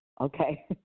Okay